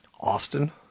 Austin